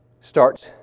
starts